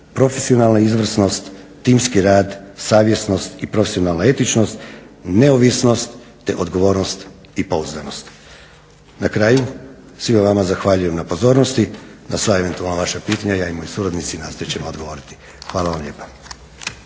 profesionalna izvrsnost, timski rad, savjesnost i profesionalna etičnost, neovisnost, te odgovornost i pouzdanost. Na kraju, svima vama zahvaljujem na pozornosti. Na sva eventualna vaša pitanja ja i moji suradnici nastojat ćemo odgovoriti. Hvala vam lijepa.